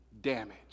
damage